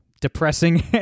Depressing